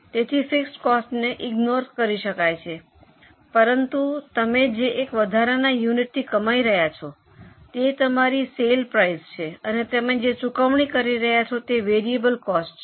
તેથી ફિક્સડ કોસ્ટને ઇગ્નોર કરી શકાય છે પરંતુ તમે જે એક વધારાના યુનિટથી કમાઇ રહ્યા છો તે તમારી સેલ પ્રાઇસ છે અને તમે જે ચૂકવણી કરી રહ્યા છો તે વેરિયેબલ કોસ્ટ છે